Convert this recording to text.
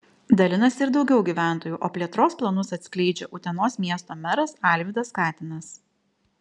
dalinasi ir daugiau gyventojų o plėtros planus atskleidžia utenos miesto meras alvydas katinas